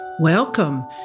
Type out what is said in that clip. Welcome